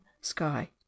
sky